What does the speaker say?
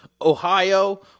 Ohio